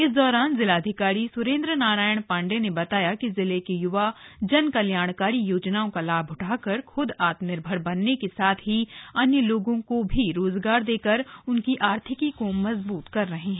इस दौरान जिलाधिकारी स्रेंद्र नारायण पांडे ने बताया कि जिले के य्वा जनकल्याणकारी योजनाओं का लाभ उठाकर ख्द आत्मनिर्भर बनने के साथ ही अन्य लोगों को भी रोजगार देकर उनकी आर्थिकी को मजबूत कर रहे हैं